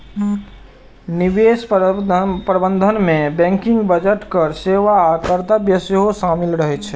निवेश प्रबंधन मे बैंकिंग, बजट, कर सेवा आ कर्तव्य सेहो शामिल रहे छै